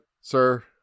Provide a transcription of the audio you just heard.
sir